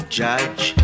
judge